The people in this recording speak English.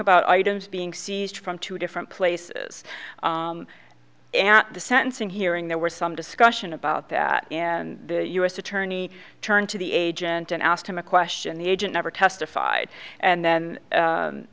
about items being seized from two different places at the sentencing hearing there were some discussion about that and the u s attorney turned to the agent and asked him a question the agent never testified and then